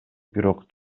бирок